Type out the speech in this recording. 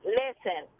listen